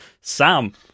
Sam